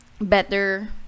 better